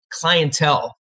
clientele